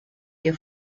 que